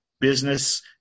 business